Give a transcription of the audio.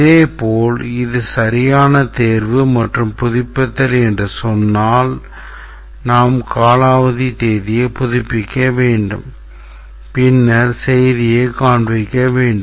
இதேபோல் இது சரியான தேர்வு மற்றும் புதுப்பித்தல் என்று சொன்னால் நாம் காலாவதி தேதியை புதுப்பிக்க வேண்டும் பின்னர் செய்தியைக் காண்பிக்க வேண்டும்